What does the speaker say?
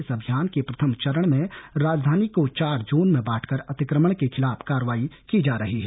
इस अभियान के प्रथम चरण में राजधानी को चार जोन में बांटकर अतिक्रमण के खिलाफ करवाई की जा रही है